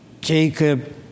Jacob